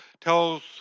tells